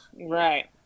Right